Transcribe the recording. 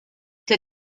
der